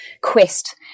quest